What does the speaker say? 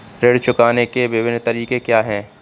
ऋण चुकाने के विभिन्न तरीके क्या हैं?